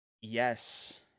Yes